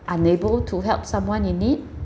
unable to help someone in need